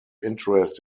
interest